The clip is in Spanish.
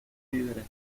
víveres